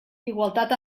igualtat